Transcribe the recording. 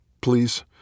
Please